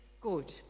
Good